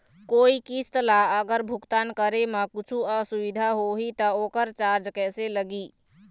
कोई किस्त ला अगर भुगतान करे म कुछू असुविधा होही त ओकर चार्ज कैसे लगी?